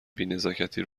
بینزاکتی